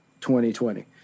2020